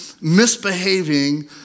misbehaving